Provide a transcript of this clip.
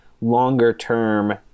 longer-term